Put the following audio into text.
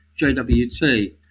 JWT